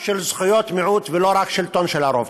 של זכויות מיעוט ולא רק שלטון של הרוב.